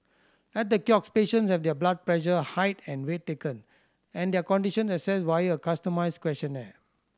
at the kiosk patients have their blood pressure height and weight taken and their condition assessed via a customised questionnaire